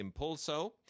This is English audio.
Impulso